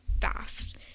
fast